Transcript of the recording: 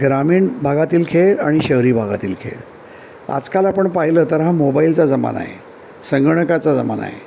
ग ग्रामीण भागातील खेळ आणि शहरी भागातील खेळ आजकाल आपण पाहिलं तर हा मोबाईलचा जमान आहे संघणकाचा जमानए